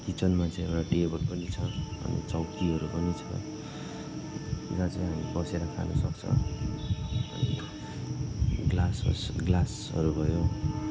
किचनमा चाहिँ एउटा टेबल पनि छ अनि चौकीहरू पनि छ जहाँ चाहिँ अब बसेर खानुसक्छ अनि ग्लास ग्लासहरू भयो